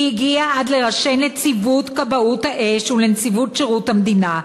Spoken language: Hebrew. היא הגיעה עד ראשי נציבות כבאות האש ונציבות שירות המדינה.